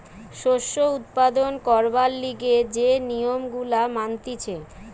শস্য উৎপাদন করবার লিগে যে নিয়ম গুলা মানতিছে